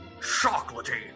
chocolatey